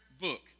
book